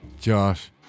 Josh